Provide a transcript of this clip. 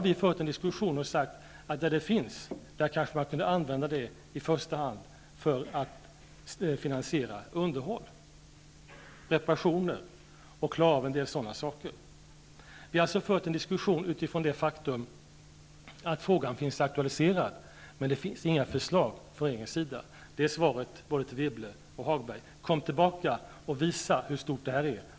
Vi har sagt att där det finns, kanske man kan använda det för att i första hand finansiera underhåll och reparationer. Vi har fört en diskussion utifrån det faktum att frågan finns aktualiserad, men det finns inga förslag från regeringen. Det är svaret både till Wibble och Hagberg. Kom tillbaka och visa hur stort detta är!